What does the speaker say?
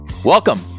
Welcome